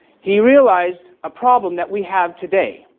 he realized a problem that we have today.